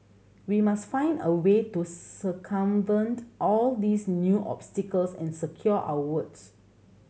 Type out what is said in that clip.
we must find a way to circumvent all these new obstacles and secure our votes